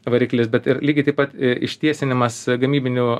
variklis bet lygiai taip pat ištiesinimas gamybinių